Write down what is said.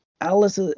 Alice